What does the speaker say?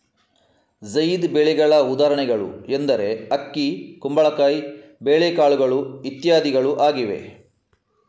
ಝೈದ್ ಬೆಳೆಗಳ ಉದಾಹರಣೆಗಳು ಎಂದರೆ ಅಕ್ಕಿ, ಕುಂಬಳಕಾಯಿ, ಬೇಳೆಕಾಳುಗಳು ಇತ್ಯಾದಿಗಳು ಆಗಿವೆ